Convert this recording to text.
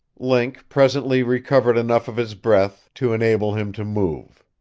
link presently recovered enough of his breath to enable him to move.